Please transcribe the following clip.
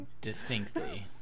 distinctly